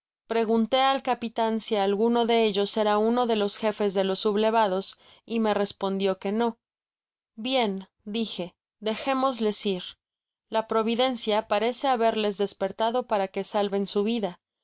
pregunté al capitan si alguno de ellos era uno de los jefes de los sublevados y me respondio que no bien dije dejemosles ir la providencia parece haberlos despertado para que salven su vida